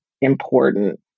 important